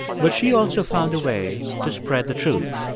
but she also found a way to spread the truth.